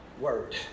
word